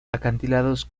acantilados